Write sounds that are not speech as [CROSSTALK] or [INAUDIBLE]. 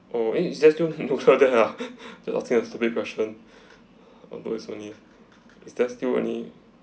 oh I mean is there still [NOISE] there ah that's asking a stupid question is there still any